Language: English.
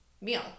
meal